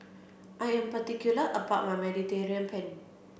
I am particular about my Mediterranean Penne